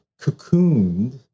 cocooned